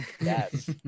yes